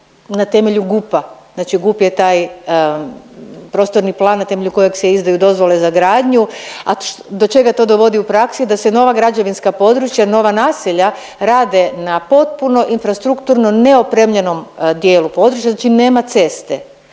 na temelju GUP-a, znači GUP je taj prostorni plan na temelju kojeg se izdaju dozvole za gradnju. A do čega to dovodi u praksi, da se nova građevinska područja, nova naselja rade na potpuno infrastrukturno neopredijeljenom dijelu područja, znači nema ceste,